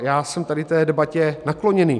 Já jsem tady té debatě nakloněný.